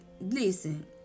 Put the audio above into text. listen